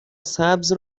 سبز